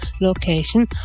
location